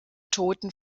toten